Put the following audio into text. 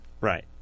right